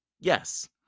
Yes